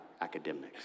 academics